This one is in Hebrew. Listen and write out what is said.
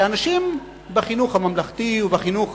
שאנשים בחינוך הממלכתי ובחינוך